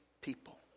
people